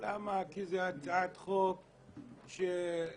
לשווק סיגריות בטעמים לבני נוער שזאת פעם ראשונה שהם